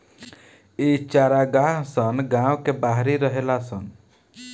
इ चारागाह सन गांव के बाहरी रहेला सन